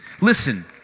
Listen